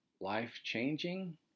life-changing